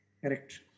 Correct